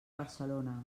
barcelona